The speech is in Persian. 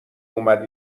اومد